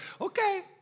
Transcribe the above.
Okay